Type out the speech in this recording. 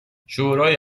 شورای